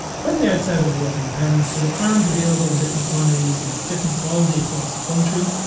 from the outset of the war of independence there were arms available in different quantities and different quality across the country.